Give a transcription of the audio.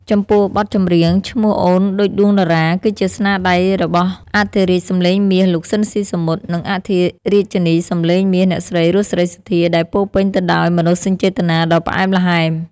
ចំពោះ បទចម្រៀង ឈ្មោះអូនដូចដួងតារា គឺជាស្នាដៃរបស់អធិរាជសំឡេងមាស លោក ស៊ីន ស៊ីសាមុត និងអធិរាជិនីសំឡេងមាស អ្នកស្រី រស់ សេរីសុទ្ធា ដែលពោរពេញទៅដោយមនោសញ្ចេតនាដ៏ផ្អែមល្ហែម។